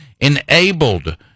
enabled